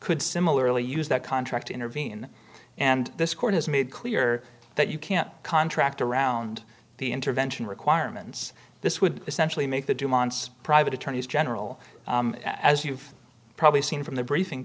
could similarly use that contract to intervene and this court has made clear that you can't contract around the intervention requirements this would essentially make the dumont's private attorneys general as you've probably seen from the briefing